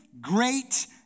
great